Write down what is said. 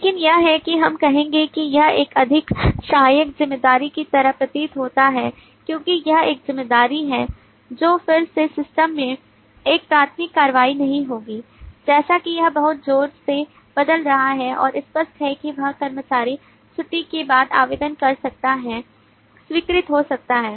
लेकिन यह है कि हम कहेंगे कि यह एक अधिक सहायक जिम्मेदारी की तरह प्रतीत होता है क्योंकि यह एक जिम्मेदारी है जो फिर से सिस्टम में एक प्राथमिक कार्रवाई नहीं होगी जैसा कि यह बहुत जोर से बदल रहा है और स्पष्ट है कि वह कर्मचारी छुट्टी के लिए आवेदन कर सकता है स्वीकृत हो सकता है